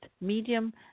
medium